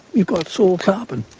you've got soil carbon.